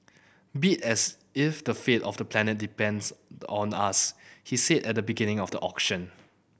bid as if the fate of the planet depends on us he said at the beginning of the auction